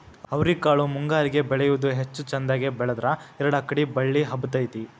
ಅವ್ರಿಕಾಳು ಮುಂಗಾರಿಗೆ ಬೆಳಿಯುವುದ ಹೆಚ್ಚು ಚಂದಗೆ ಬೆಳದ್ರ ಎರ್ಡ್ ಅಕ್ಡಿ ಬಳ್ಳಿ ಹಬ್ಬತೈತಿ